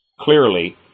Clearly